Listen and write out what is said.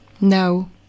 No